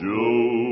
Joe